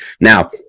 Now